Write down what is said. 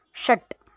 षट्